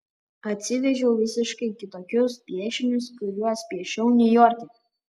atsivežiau visiškai kitokius piešinius kuriuos piešiau niujorke